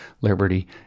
liberty